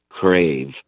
crave